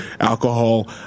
alcohol